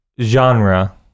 Genre